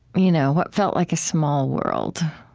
you know what felt like a small world,